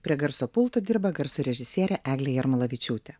prie garso pulto dirba garso režisierė eglė jarmalavičiūtė